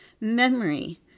memory